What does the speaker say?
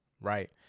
right